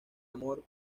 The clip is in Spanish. amor